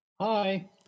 Hi